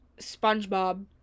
Spongebob